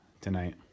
tonight